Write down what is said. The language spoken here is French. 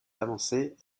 avancées